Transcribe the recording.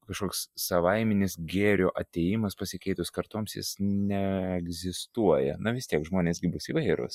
kažkoks savaiminis gėrio atėjimas pasikeitus kartoms jis neegzistuoja na vis tiek žmonės gi bus įvairūs